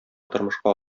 тормышка